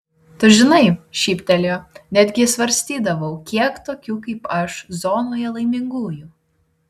tu žinai šyptelėjo netgi svarstydavau kiek tokių kaip aš zonoje laimingųjų